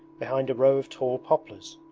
behind a row of tall poplars.